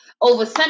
Over